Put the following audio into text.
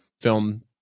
film